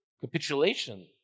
capitulation